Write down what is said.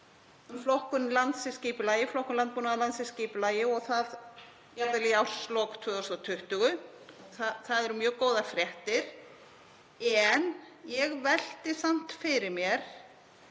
flokkun landbúnaðarlands í skipulagi og það jafnvel í árslok 2020. Það eru mjög góðar fréttir en ég velti samt fyrir mér